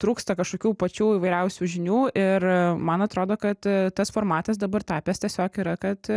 trūksta kažkokių pačių įvairiausių žinių ir man atrodo kad tas formatas dabar tapęs tiesiog yra kad